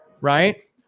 right